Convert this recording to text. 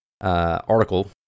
article